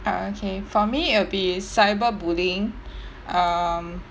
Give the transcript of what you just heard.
ah okay for me it'll be cyberbullying um